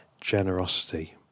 generosity